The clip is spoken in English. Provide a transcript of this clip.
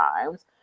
times